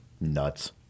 Nuts